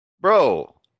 Bro